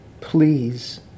please